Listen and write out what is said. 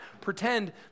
pretend